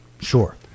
Sure